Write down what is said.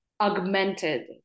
augmented